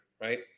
right